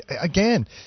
again